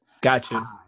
Gotcha